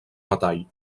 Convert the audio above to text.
metall